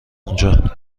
اونجا